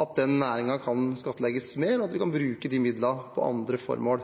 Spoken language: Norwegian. at den næringen kan skattlegges mer, og at vi kan bruke midlene på andre formål.